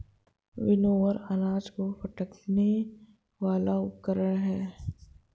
winnower अनाज को फटकने वाला उपकरण है